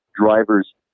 drivers